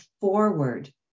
forward